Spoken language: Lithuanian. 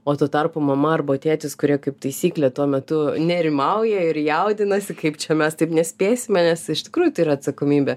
o tuo tarpu mama arba tėtis kurie kaip taisyklė tuo metu nerimauja ir jaudinasi kaip čia mes taip nespėsime nes iš tikrųjų tai yra atsakomybė